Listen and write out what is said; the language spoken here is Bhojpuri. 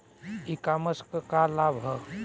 ई कॉमर्स क का लाभ ह?